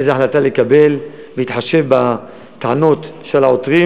איזו החלטה לקבל בהתחשב בטענות של העותרים